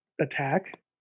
attack